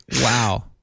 Wow